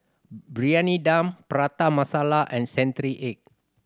Briyani Dum Prata Masala and century egg